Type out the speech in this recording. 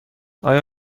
آیا